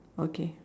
okay